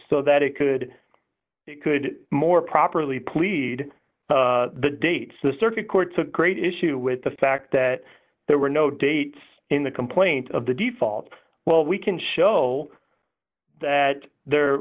so that it could it could more properly plead the dates the circuit court took great issue with the fact that there were no dates in the complaint of the default well we can show that there